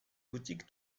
boutique